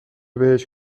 بهش